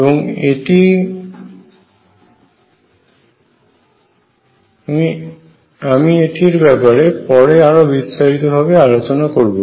এবং আমি এটার ব্যাপারে পরে আরো বিস্তারিত ভাবে আলোচনা করব